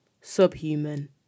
subhuman